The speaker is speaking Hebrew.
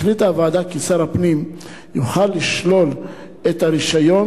החליטה הוועדה כי שר הפנים יוכל לשלול את הרשיון,